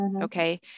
okay